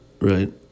right